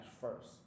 first